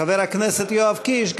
חבר הכנסת יואב קיש,